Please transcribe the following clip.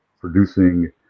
producing